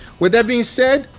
with that being said,